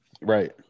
Right